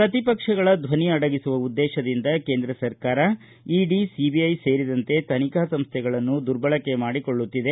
ಪ್ರತಿಪಕ್ಷಗಳ ಧ್ವನಿ ಅಡಗಿಸುವ ಉದ್ದೇತದಿಂದ ಕೇಂದ್ರ ಸರ್ಕಾರ ಇಡಿ ಸಿಬಿಐ ಸೇರಿದಂತೆ ತನಿಖಾ ಸಂಸ್ಥೆಗಳನ್ನು ದುರ್ಬಳಕೆ ಮಾಡಿಕೊಳ್ಳುತ್ತಿದೆ